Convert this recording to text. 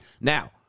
Now